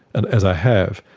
and as i have,